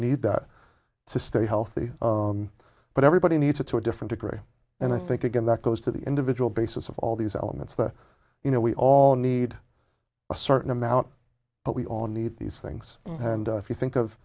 need that to stay healthy but everybody needs it to a different degree and i think again that goes to the individual basis of all these elements that you know we all need a certain amount but we all need these things and if you think of